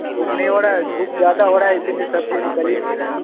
धूप नहीं हो रहा है धूप ज़्यादा हो रहा है इसीलिए सब्ज़ी निकल ही नहीं रहा है